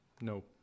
No